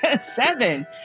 seven